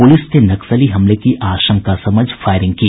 police ने नक्सली हमले की आशंका समझ फायरिंग की